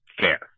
fair